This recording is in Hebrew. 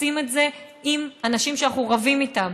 עושים את זה עם אנשים שאנחנו רבים איתם,